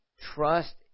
trust